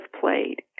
played